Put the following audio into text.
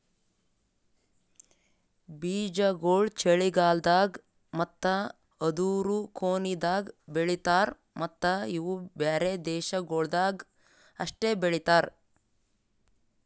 ಬೀಜಾಗೋಳ್ ಚಳಿಗಾಲ್ದಾಗ್ ಮತ್ತ ಅದೂರು ಕೊನಿದಾಗ್ ಬೆಳಿತಾರ್ ಮತ್ತ ಇವು ಬ್ಯಾರೆ ದೇಶಗೊಳ್ದಾಗ್ ಅಷ್ಟೆ ಬೆಳಿತಾರ್